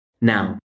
Now